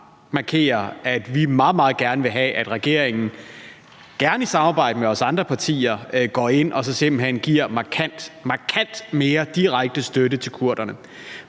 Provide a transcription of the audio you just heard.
meget, meget gerne vil have, at regeringen, gerne i samarbejde med os andre partier, går ind og simpelt hen giver markant – markant! – mere direkte støtte til kurderne.